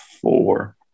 four